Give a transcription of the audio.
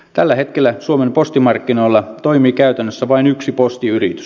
tällä hetkellä suomen postimarkkinoilla toimii käytännössä vain yksi postiyritys